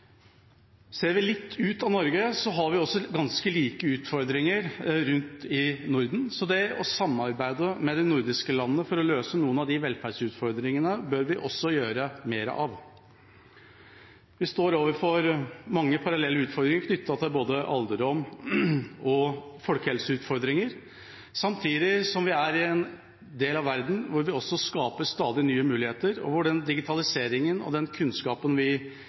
Ser vi litt ut av Norge, har vi ganske like utfordringer rundt i Norden, så det å samarbeide med de nordiske landene for å løse noen av de velferdsutfordringene bør vi også gjøre mer av. Vi står overfor mange parallelle utfordringer knyttet til både alderdom og folkehelse, samtidig som vi er i en del av verden som skaper stadig nye muligheter – digitaliseringen og kunnskapen vi